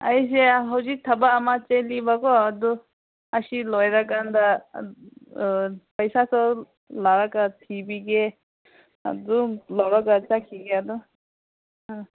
ꯑꯩꯁꯦ ꯍꯧꯖꯤꯛ ꯊꯕꯛ ꯑꯃ ꯆꯠꯂꯤꯕ ꯀꯣ ꯑꯗꯨ ꯑꯁꯤ ꯂꯣꯏꯔ ꯀꯥꯟꯗ ꯄꯩꯁꯥꯁꯨ ꯂꯥꯛꯑꯒ ꯊꯤꯕꯤꯒꯦ ꯑꯗꯨꯝ ꯂꯧꯔꯒ ꯆꯠꯈꯤꯒꯦ ꯑꯗꯨ ꯑ